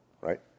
right